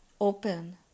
open